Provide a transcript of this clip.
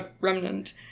Remnant